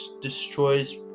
destroys